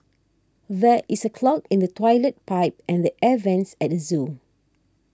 there is a clog in the Toilet Pipe and the Air Vents at the zoo